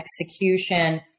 execution